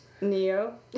Neo